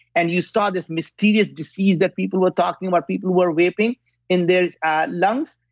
and you start this mysterious disease that people are talking about, people who were vaping in their lungs,